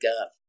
up